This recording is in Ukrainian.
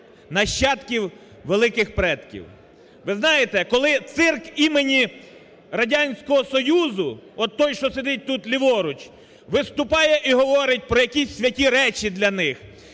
нащадків великих предків. Ви знаєте, коли цирк імені Радянського Союзу – отой, що сидить тут ліворуч, – виступає і говорить про якісь святі речі для них,